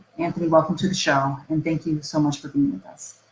anthony, welcome to the show, and thank you so much for being with us.